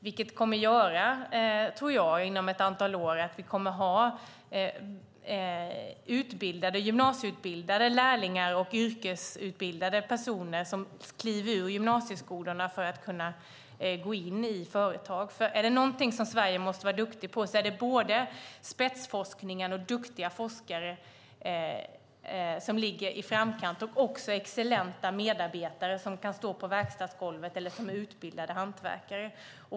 Det tror jag inom ett antal år kommer att göra att vi kommer att ha gymnasieutbildade lärlingar och yrkesutbildade personer som kliver ur gymnasieskolorna för att kunna gå in i företag. Är det något Sverige måste vara duktigt på är det nämligen spetsforskningen och duktiga forskare som ligger i framkant och även excellenta medarbetare som kan stå på verkstadsgolvet eller är utbildade hantverkare.